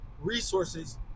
resources